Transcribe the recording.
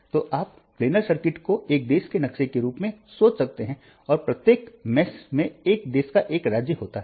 तो आप planar circuit को एक देश के नक्शे के रूप में सोच सकते हैं और प्रत्येक जाल में एक देश का एक राज्य होता है